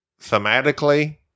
thematically